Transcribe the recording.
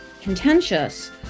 contentious